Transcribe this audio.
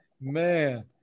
man